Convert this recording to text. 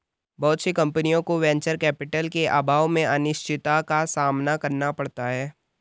बहुत सी कम्पनियों को वेंचर कैपिटल के अभाव में अनिश्चितता का सामना करना पड़ता है